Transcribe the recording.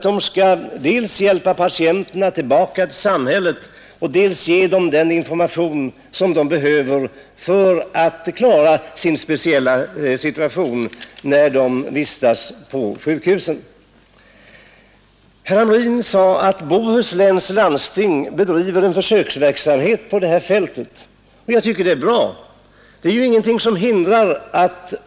De skall dels hjälpa patienterna tillbaka till samhället, dels ge dem den information de behöver för att klara sin speciella situation när de vistas på sjukhusen. Herr Hamrin sade att Bohusläns landsting bedriver försöksverksamhet på det här fältet. Det tycker jag är bra.